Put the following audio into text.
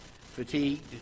fatigued